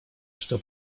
что